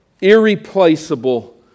Irreplaceable